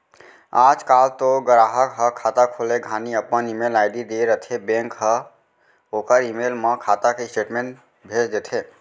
आज काल तो गराहक ह खाता खोले घानी अपन ईमेल आईडी दिए रथें बेंक हर ओकर ईमेल म खाता के स्टेटमेंट भेज देथे